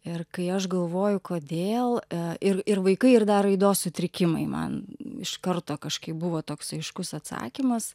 ir kai aš galvoju kodėl ir ir vaikai ir dar raidos sutrikimai man iš karto kažkaip buvo toks aiškus atsakymas